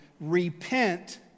Repent